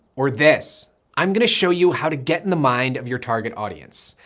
or this i'm going to show you how to get in the mind of your target audience,